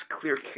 clear